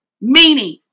meaning